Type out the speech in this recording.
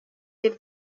hill